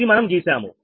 ఇది మనం గీశాము